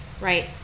Right